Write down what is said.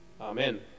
Amen